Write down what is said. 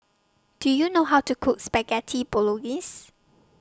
Do YOU know How to Cook Spaghetti Bolognese